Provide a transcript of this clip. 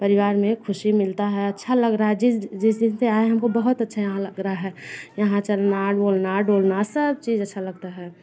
परिवार में ख़ुशी मिलता है अच्छा लग रहा है जिस जिस दिन से आए है हमको बहुत अच्छा यहाँ लग रहा है यहाँ चलना रोलना डोलना सब चीज अच्छा लगता है